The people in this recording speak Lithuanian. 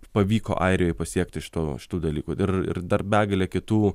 pavyko airijoj pasiekti šitų šitų dalykų ir ir dar begalė kitų